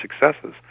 successes